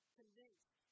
convinced